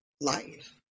life